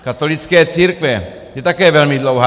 Katolické církve je také velmi dlouhá.